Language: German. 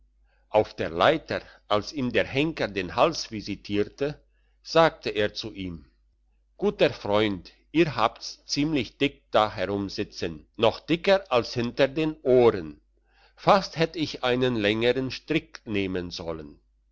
auf der leiter als ihm der henker den hals visitierte sagte er zu ihm guter freund ihr habt's ziemlich dick da herum sitzen noch dicker als hinter den ohren fast hätt ich einen längern strick nehmen sollen